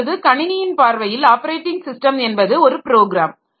இப்பொழுது கணினியின் பார்வையில் ஆப்பரேட்டிங் சிஸ்டம் என்பது ஒரு ப்ரோக்ராம்